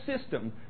system